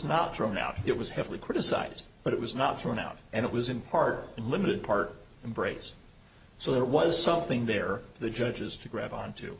not thrown out it was heavily criticised but it was not thrown out and it was in part and limited part embrace so there was something there the judges to grab onto